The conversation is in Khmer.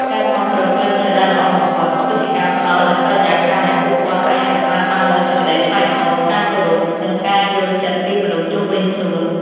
ការគាំទ្រផ្លូវចិត្តដែលល្អបំផុត គឺជាការផ្ដល់នូវបរិយាកាសដែលពួកគាត់អាចរក្សាបាននូវសេចក្តីថ្លៃថ្នូរ ការគោរព និងការយល់ចិត្តពីមនុស្សជុំវិញខ្លួន។